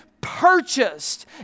purchased